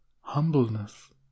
humbleness